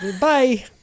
Bye